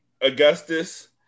Augustus